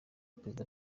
perezida